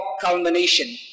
culmination